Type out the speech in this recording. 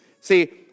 See